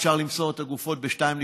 אפשר למסור את הגופות ב-02:00,